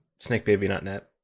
snakebaby.net